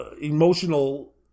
emotional